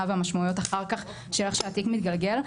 והמשמעויות אחר כך של איך שהתיק מתגלגל,